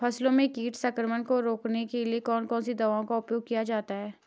फसलों में कीट संक्रमण को रोकने के लिए कौन कौन सी दवाओं का उपयोग करना चाहिए?